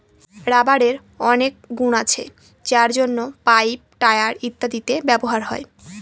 রাবারের অনেক গুন আছে যার জন্য পাইপ, টায়ার ইত্যাদিতে ব্যবহার হয়